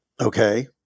okay